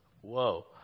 whoa